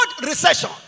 recession